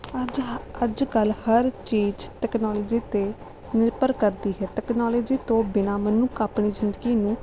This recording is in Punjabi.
ਅੱਜ ਅੱਜ ਕੱਲ੍ਹ ਹਰ ਚੀਜ਼ ਤਕਨਾਲੋਜੀ 'ਤੇ ਨਿਰਭਰ ਕਰਦੀ ਹੈ ਤਕਨਾਲੋਜੀ ਤੋਂ ਬਿਨ੍ਹਾਂ ਮਨੁੱਖ ਆਪਣੀ ਜ਼ਿੰਦਗੀ ਨੂੰ